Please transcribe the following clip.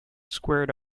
squared